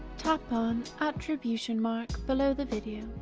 tap on attribution mark below the video.